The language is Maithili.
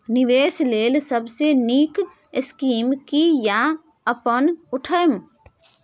निवेश लेल सबसे नींक स्कीम की या अपन उठैम?